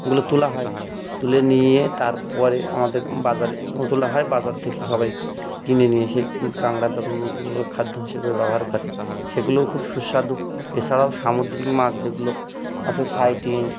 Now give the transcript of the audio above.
ওগুলো তোলা হয় তুলে নিয়ে তার পরে আমাদের বাজারে তোলা হয় বাজার থেকে সবাই কিনে নিয়ে এসে কাঁকড়াটা খাদ্য হিসেবে ব্যবহার করে সেগুলোও খুব সুস্বাদু এছাড়াও সামুদ্রিক মাছ যেগুলো আছে সাইটিন